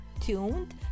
tuned